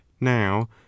now